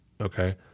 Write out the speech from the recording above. Okay